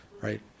right